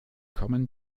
kommen